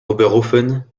oberhoffen